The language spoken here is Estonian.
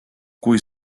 kui